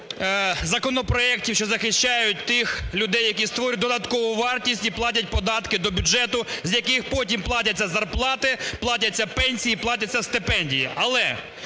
законопроектів, що захищають тих людей, які створюють додаткову вартість і платять податки до бюджету, з яких потім платяться зарплати, платяться пенсії, платяться стипендії.